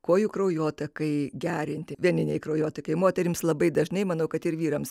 kojų kraujotakai gerinti veninei kraujotakai moterims labai dažnai manau kad ir vyrams